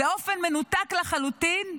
באופן מנותק לחלוטין,